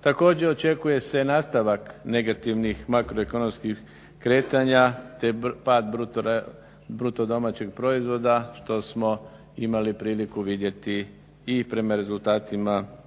Također očekuje se nastavak negativnih makroekonomskih kretanja te pad BDP-a što smo imali priliku vidjeti i prema rezultatima